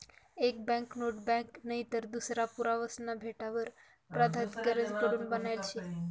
एक banknote bank नईतर दूसरा पुरावासना भेटावर प्राधिकारण कडून बनायेल शे